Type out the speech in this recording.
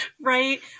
right